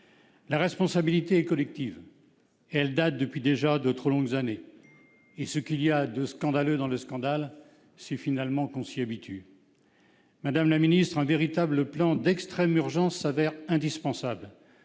La responsabilité est collective. Elle perdure depuis déjà de trop longues années. Et ce qu'il y a de scandaleux dans le scandale, c'est qu'on s'y habitue. Madame la ministre, un véritable plan d'extrême urgence s'avère indispensable